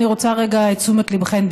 אני רוצה רגע את תשומת ליבכן,